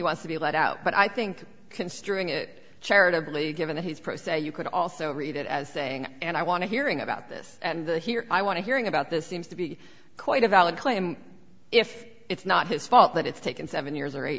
wants to be let out but i think considering it charitably given that he's pro se you could also read it as saying and i want to hearing about this and the here i want to hearing about this seems to be quite a valid claim if it's not his fault that it's taken seven years or eight